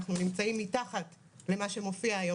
אנחנו נמצאים מתחת למה שמופיע היום